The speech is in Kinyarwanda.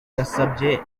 yasabye